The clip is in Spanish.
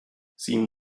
sin